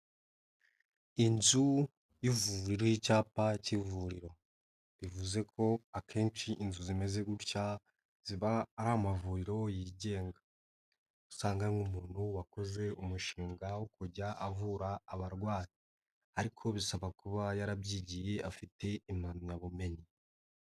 Inzu y'ivuriro iriho icyapa k'ivuriro, bivuze ko akenshi inzu zimeze gutya ziba ari amavuriro yigenga, usanga nk'umuntu wakoze umushinga wo kujya avura abarwayi ariko bisaba kuba yarabyigiye afite impamyabumenyi.